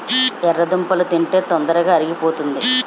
ఎర్రదుంపలు తింటే తొందరగా అరిగిపోతాది